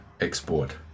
export